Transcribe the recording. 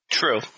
True